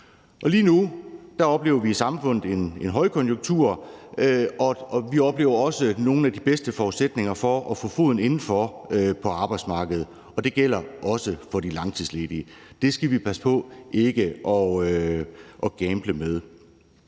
Lige nu oplever vi i samfundet en højkonjunktur, og vi oplever også nogle af de bedste forudsætninger for at få foden indenfor på arbejdsmarkedet. Det gælder også for de langtidsledige. Det skal vi passe på ikke at gamble med.